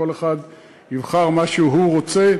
כל אחד יבחר מה שהוא רוצה.